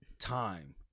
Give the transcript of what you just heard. Time